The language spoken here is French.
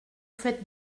faites